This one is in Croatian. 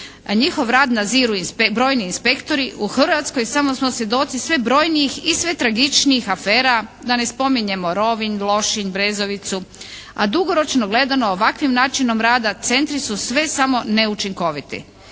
njihov rad naziru brojni inspektori u Hrvatskoj samo smo svjedoci sve brojnijih i sve tragičnijih afera. Da ne spominjemo Rovinj, Lošinj, Brezovicu, a dugoročno gledano ovakvim načinom rada centri su sve samo ne učinkoviti.